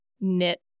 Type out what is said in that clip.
knit